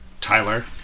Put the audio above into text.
Tyler